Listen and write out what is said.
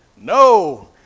no